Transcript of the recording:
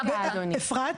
אפרת.